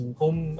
home